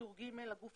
טור ג' הגוף